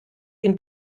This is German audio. ihn